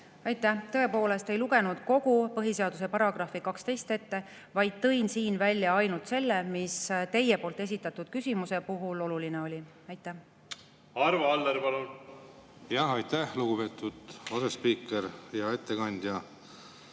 Aitäh! Tõepoolest ei lugenud kogu põhiseaduse § 12 ette, vaid tõin välja ainult selle, mis teie poolt esitatud küsimuse puhul oluline oli. Arvo Aller, palun! Aitäh, lugupeetud asespiiker! Hea ettekandja!